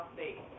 State